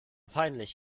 peinlich